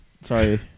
Sorry